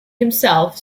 himself